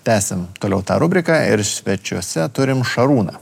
tęsiam toliau tą rubriką ir svečiuose turim šarūną